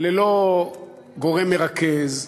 ללא גורם מרכז,